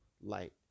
light